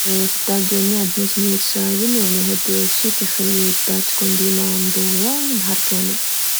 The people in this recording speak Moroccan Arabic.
فالدار ديالنا عندنا تمنية ديال الشراجم، يعني هاد الشي كخلي الدار تكون ديما مضوية النهار كامل